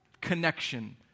connection